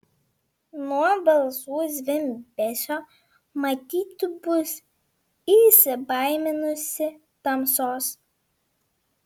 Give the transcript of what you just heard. nuo balsų zvimbesio matyt bus įsibaiminusi tamsos